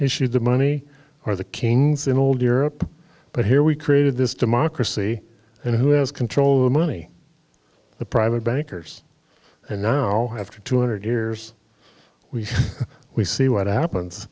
issued the money or the kings in old europe but here we created this democracy and who has control of the money the private bankers and now after two hundred years we we see what happens